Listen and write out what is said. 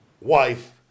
wife